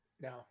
No